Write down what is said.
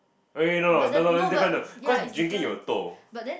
wait wait no no no no is different though cause drinking you'll toh